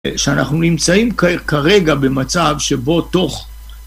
שאנחנו נמצאים כרגע במצב שבו תוך